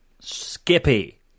skippy